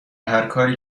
هرکاری